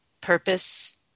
purpose